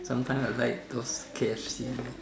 sometimes I like those K_F_C